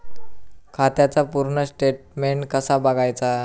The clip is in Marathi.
खात्याचा पूर्ण स्टेटमेट कसा बगायचा?